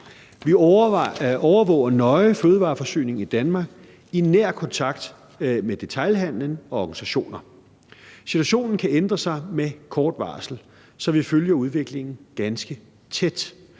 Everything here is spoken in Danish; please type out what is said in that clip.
Vi overvåger nøje fødevareforsyningen i Danmark i nær kontakt med detailhandelen og organisationerne. Situationen kan ændre sig med kort varsel, så vi følger udviklingen ganske tæt.